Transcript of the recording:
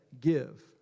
give